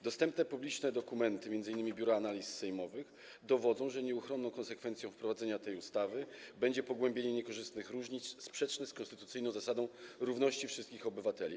Dostępne publiczne dokumenty, m.in. Biura Analiz Sejmowych, dowodzą, że nieuchronną konsekwencją wprowadzenia tej ustawy będzie pogłębienie niekorzystnych różnic, sprzeczne z konstytucyjną zasadą równości wszystkich obywateli.